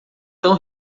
tão